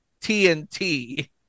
TNT